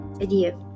idea